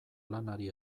lanari